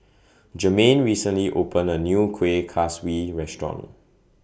Germaine recently opened A New Kuih Kaswi Restaurant